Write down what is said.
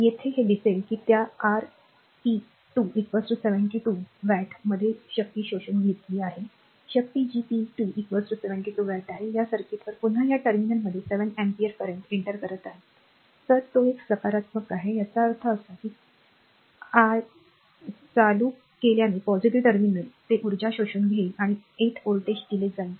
येथे हे दिसेल की त्या आर पी 2 72 मध्ये शक्ती शोषून घेणारी शक्ती जी पी 2 72 वॅट आहे या सर्किटवर पुन्हा या टर्मिनलमध्ये 7 अँपिअर करंट एंटर करत आहे तर तो एक सकारात्मक आहे याचा अर्थ असा की चालू केल्याने पॉझिटिव्ह टर्मिनल ते ऊर्जा शोषून घेईल आणि 8 व्होल्टेज दिले जाईल